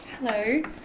Hello